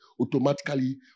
automatically